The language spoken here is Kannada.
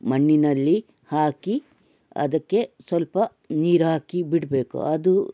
ಮಣ್ಣಿನಲ್ಲಿ ಹಾಕಿ ಅದಕ್ಕೆ ಸ್ವಲ್ಪ ನೀರು ಹಾಕಿ ಬಿಡಬೇಕು ಅದು